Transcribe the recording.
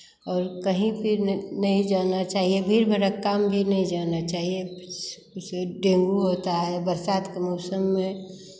और कहीं फिर नहीं जाना चाहिए भीड़ भड़क्का में भी नहीं जाना चाहिए इससे डेंगू होता है बरसात का मौसम में